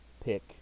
pick